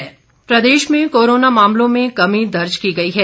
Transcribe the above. Himachal corona Pradesh में corona मामलों में कमी दर्ज की गई है